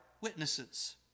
witnesses